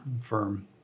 firm